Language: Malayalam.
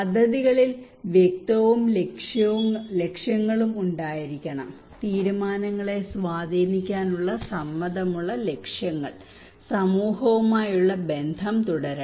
പദ്ധതികളിൽ വ്യക്തവും ലക്ഷ്യങ്ങളും ഉണ്ടായിരിക്കണം തീരുമാനങ്ങളെ സ്വാധീനിക്കാനുള്ള സമ്മതമുള്ള ലക്ഷ്യങ്ങൾ സമൂഹവുമായുള്ള ബന്ധം തുടരണം